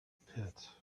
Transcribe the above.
pit